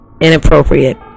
inappropriate